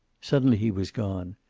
suddenly he was gone,